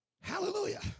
Hallelujah